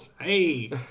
Hey